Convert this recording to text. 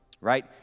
right